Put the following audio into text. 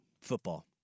Football